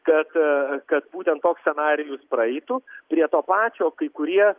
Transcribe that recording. kad kad būtent toks scenarijus praeitų prie to pačio kai kurie